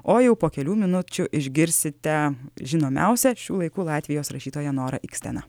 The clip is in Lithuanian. o jau po kelių minučių išgirsite žinomiausią šių laikų latvijos rašytoją norą iksteną